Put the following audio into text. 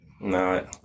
No